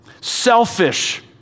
selfish